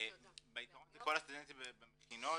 בעקרון זה כל הסטודנטים במכינות.